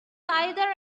either